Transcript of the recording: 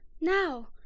Now